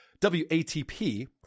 WATP